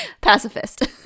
Pacifist